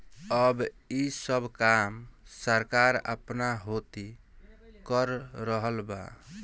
अब ई सब काम सरकार आपना होती कर रहल बा